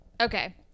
okay